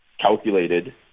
calculated